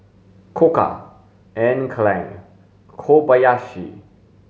Koka Anne Klein Kobayashi